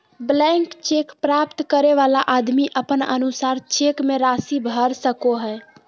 blank cheque प्राप्त करे वाला आदमी अपन अनुसार चेक मे राशि भर सको हय